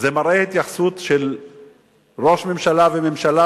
זה מראה התייחסות של ראש ממשלה וממשלה,